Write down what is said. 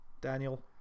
Daniel